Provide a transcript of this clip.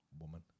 Woman